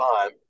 time